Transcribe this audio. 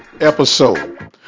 episode